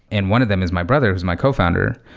and one of them is my brothers, who's my cofounder,